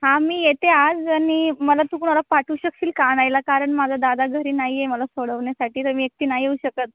हां मी येते आज आणि मला तू कुणाला पाठवू शकशील का आणायला कारण माझा दादा घरी नाही आहे मला सोडवण्यासाठी तर मी एकटी नाही येऊ शकत